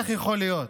איך יכול להיות?